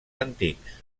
antics